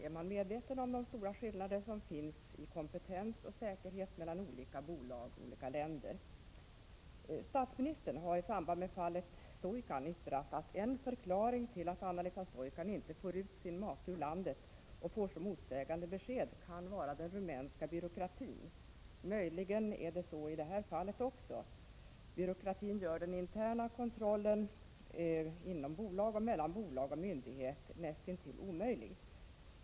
Är man medveten om de stora skillnader som finns i kompetens och säkerhet mellan olika bolag och olika länder? Statsministern har i samband med fallet Stoican yttrat att en förklaring till att Anna-Lisa Stoican inte får ut sin make ur landet och får så motsägande besked kan vara den rumänska byråkratin. Möjligen är det så även i detta fall. Byråkratin gör den interna kontrollen inom bolag och mellan bolag och myndighet näst intill omöjlig.